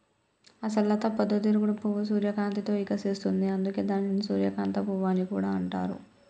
అసలు లత పొద్దు తిరుగుడు పువ్వు సూర్యకాంతిలో ఇకసిస్తుంది, అందుకే దానిని సూర్యకాంత పువ్వు అని కూడా అంటారు